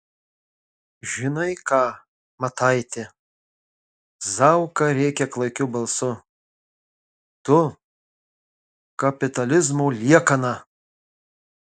žinai ką mataiti zauka rėkia klaikiu balsu tu kapitalizmo liekana